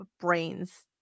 brains